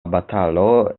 batalo